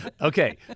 Okay